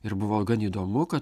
ir buvo gan įdomu kad